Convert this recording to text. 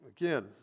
again